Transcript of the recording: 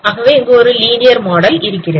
ஆகவே அங்கு ஒரு லீனியர் மாடல் இருக்கிறது